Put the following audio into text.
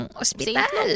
hospital